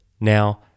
Now